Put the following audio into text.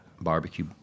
barbecue